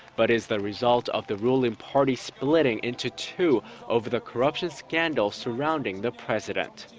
but is the result of the ruling party splitting into two over the corruption scandal surrounding the president.